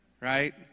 Right